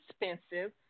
expensive